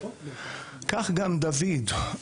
כך גם דוד.